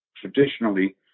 traditionally